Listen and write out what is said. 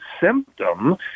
symptom